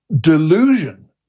delusion